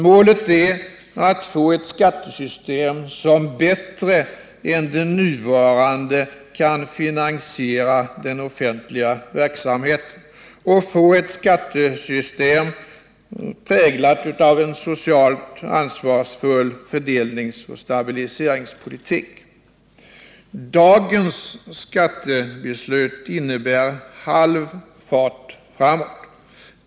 Målet är att få ett skattesystem som bättre än det nuvarande kan finansiera den offentliga verksamheten och att få ett skattesystem präglat av en socialt ansvarsfull fördelningsoch stabiliseringspolitik. Dagens skattebeslut innebär halv fart framåt.